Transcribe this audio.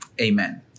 Amen